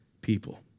people